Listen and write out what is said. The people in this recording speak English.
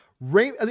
Rain